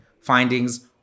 findings